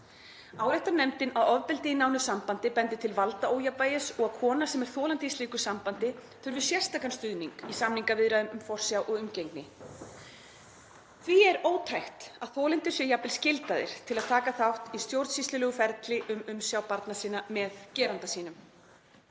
Áréttar nefndin að ofbeldi í nánu sambandi bendi til valdaójafnvægis og að kona sem er þolandi í slíku sambandi þurfi sérstakan stuðning í samningaviðræðum um forsjá og umgengni. Því er ótækt að þolendur séu jafnvel skyldaðir til að taka þátt í stjórnsýslulegu ferli um umsjá barna sinna með geranda sínum.